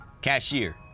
Cashier